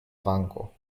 vango